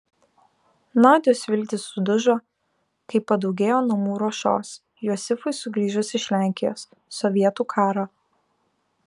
nadios viltys sudužo kai padaugėjo namų ruošos josifui sugrįžus iš lenkijos sovietų karo